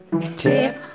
Tip